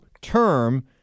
term